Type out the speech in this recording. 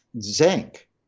Zinc